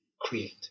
create